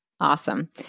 Awesome